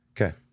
Okay